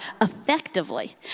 effectively